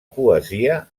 poesia